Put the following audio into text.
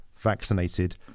vaccinated